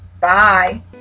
Bye